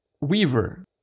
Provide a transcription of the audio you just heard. weaver